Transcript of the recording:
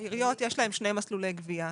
העיריות, יש להם שני מסלולי גבייה.